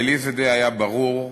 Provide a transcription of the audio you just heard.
ולי זה היה די ברור,